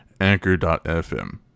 anchor.fm